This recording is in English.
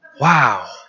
wow